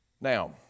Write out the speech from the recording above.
Now